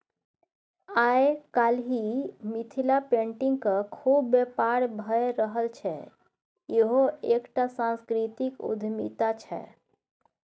आय काल्हि मिथिला पेटिंगक खुब बेपार भए रहल छै इहो एकटा सांस्कृतिक उद्यमिता छै